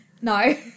No